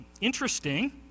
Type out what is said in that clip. interesting